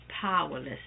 powerless